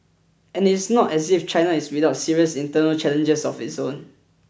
and it is not as if China is without serious internal challenges of its own